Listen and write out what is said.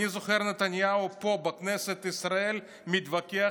אני זוכר את נתניהו פה בכנסת ישראל מתווכח